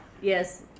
Yes